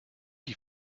die